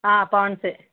పాండ్సే